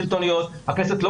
הסתר.